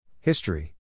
History